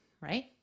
right